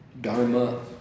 Dharma